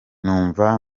numva